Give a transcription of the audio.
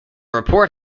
report